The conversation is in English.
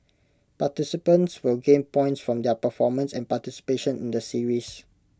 participants will gain points from their performance and participation in the series